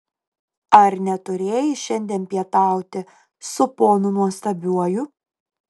ar neturėjai šiandien pietauti su ponu nuostabiuoju